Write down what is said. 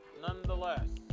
Nonetheless